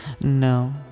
No